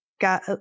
got